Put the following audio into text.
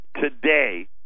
Today